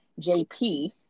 JP